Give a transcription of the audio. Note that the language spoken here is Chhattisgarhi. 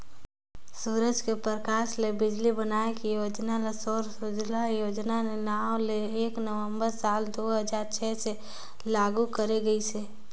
सूरज के परकास ले बिजली बनाए के योजना ल सौर सूजला योजना नांव ले एक नवंबर साल दू हजार छै से लागू करे गईस